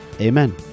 Amen